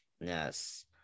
Yes